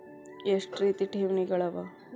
ಎಷ್ಟ ರೇತಿ ಠೇವಣಿಗಳ ಅವ?